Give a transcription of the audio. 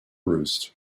roost